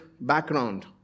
background